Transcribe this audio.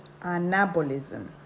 anabolism